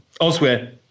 elsewhere